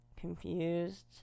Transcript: confused